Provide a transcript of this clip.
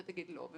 אתה תגיד לו.